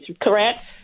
correct